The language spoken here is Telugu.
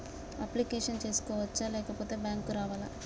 అప్లికేషన్ చేసుకోవచ్చా లేకపోతే బ్యాంకు రావాలా?